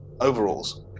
overalls